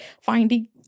finding